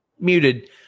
Muted